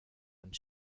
and